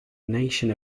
nation